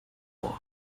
wall